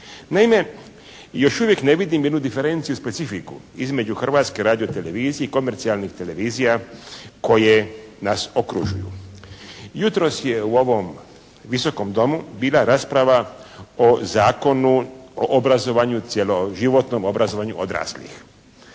Naime, još uvijek ne vidim diferenciju i specifiku između Hrvatske radiotelevizije i komercijalnih televizija koje nas okružuju. Jutros je u ovom Visokom domu bila rasprava o Zakonu o obrazovanju, cjeloživotnom obrazovanju odraslih